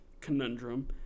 conundrum